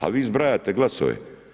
A vi zbrajate glasove.